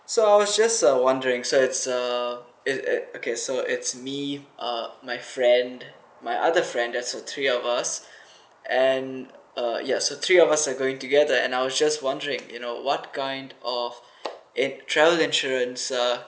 so I was just uh wondering so it's uh it it okay so it's me uh my friend my other friend that's the three of us and uh yes so three of us are going together and I was just wondering you know what kind of in~ travel insurance uh